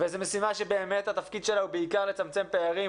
וזאת משימה שבאמת התפקיד שלה הוא בעיקר לצמצם פערים.